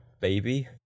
baby